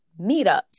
meetups